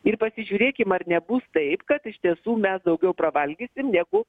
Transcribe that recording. ir pasižiūrėkim ar nebus taip kad iš tiesų mes daugiau pravalgysim negu